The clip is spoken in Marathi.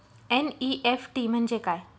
एन.ई.एफ.टी म्हणजे काय?